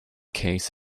case